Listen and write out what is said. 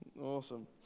Awesome